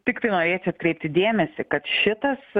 tiktai norėčiau atkreipti dėmesį kad šitas